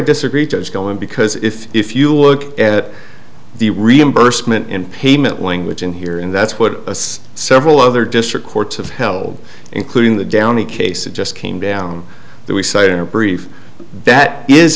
disagree to go in because if if you look at the reimbursement in payment language in here and that's what several other district courts have held including the downey case it just came down that we cited a brief that is